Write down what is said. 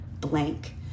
blank